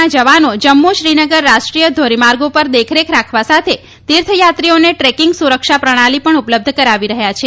ના જવાનો જમ્મુ શ્રીનગર રાષ્ટ્રીય ધોરીમાર્ગ ઉપર દેખરેખ રાખવા સાથે તીર્થથાત્રીઓને ટ્રેકિંગ સુરક્ષા પ્રણાલી પણ ઉપલબ્ધ કરાવી રહ્યા છે